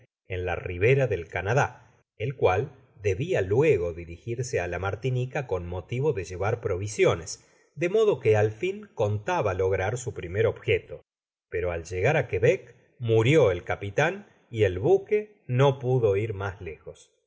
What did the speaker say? en la ribera del canadá el cual debia luego dirigirse á la martinica con motivo de llevar provisiones de modo que al fin contaba lograr su primer objeto pero al llegar á quebec murió el capitan y él buque no pudo ir mas lejos